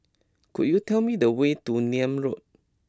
could you tell me the way to Nim Road